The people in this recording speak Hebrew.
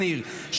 שניר,